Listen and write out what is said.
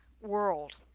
world